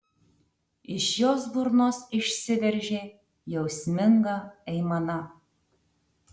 iš jos burnos išsiveržė jausminga aimana